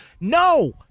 No